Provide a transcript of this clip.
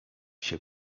się